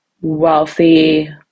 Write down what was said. wealthy